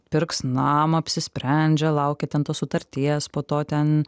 pirks namą apsisprendžia laukia ten tos sutarties po to ten